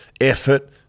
effort